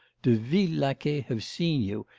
de vils laquais have seen you,